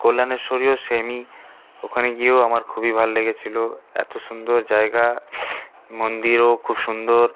কল্যানেশ্বরীও সেমই ওখানে গিয়েও আমার খুবই ভাল লেগেছিলো এতো সুন্দর জায়গা মন্দিরও খুব সুন্দর